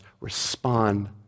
respond